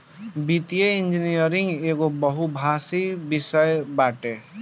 वित्तीय इंजनियरिंग एगो बहुभाषी विषय बाटे